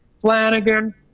Flanagan